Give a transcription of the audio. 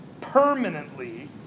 permanently